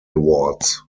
awards